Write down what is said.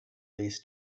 least